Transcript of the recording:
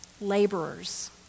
Laborers